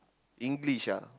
English lah